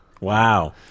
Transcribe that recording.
Wow